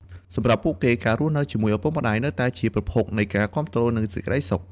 សម្រាប់ពួកគេ ការរស់នៅជាមួយឪពុកម្តាយនៅតែជាប្រភពនៃការគាំទ្រ និងសេចក្តីសុខ។